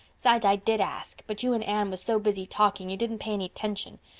sides, i did ask, but you and anne was so busy talking you didn't pay any tention.